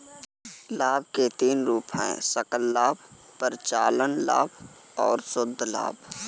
लाभ के तीन रूप हैं सकल लाभ, परिचालन लाभ और शुद्ध लाभ